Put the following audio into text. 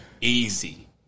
Easy